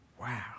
Wow